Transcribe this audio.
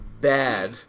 bad